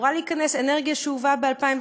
אמורה להיכנס אנרגיה שהובאה ב-2018.